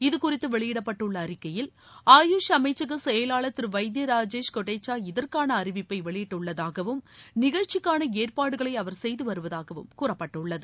இது குறித்து வெளியிடப்பட்டுள்ள அறிக்கையில் ஆயுஷ் அமைச்சக செயலாளர் திரு வைத்திய ராஜேஷ் கொட்டேச்சா இதற்கான அறிவிப்பை வெளியிட்டுள்ளதாகவும் நிஷற்ச்சிக்கான ஏற்பாடுகளை அவர் செய்து வருவதாகவும் கூறப்பட்டுள்ளது